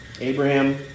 Abraham